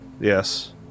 Yes